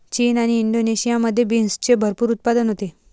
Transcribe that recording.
चीन आणि इंडोनेशियामध्ये बीन्सचे भरपूर उत्पादन होते